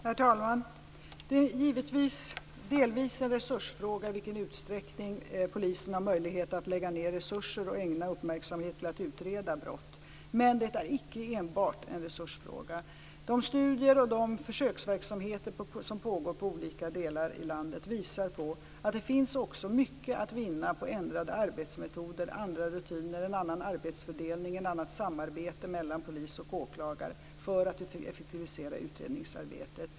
Herr talman! Det är givetvis delvis en resursfråga i vilken utsträckning polisen har möjlighet att lägga ned resurser och ägna uppmärksamhet till att utreda brott. Men detta är icke enbart en resursfråga. De studier och de försöksverksamheter som pågår i olika delar av landet visar på att det också finns mycket att vinna på ändrade arbetsmetoder, andra rutiner, en annan arbetsfördelning och ett annat samarbete mellan polis och åklagare för att effektivisera utredningsarbetet.